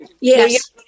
Yes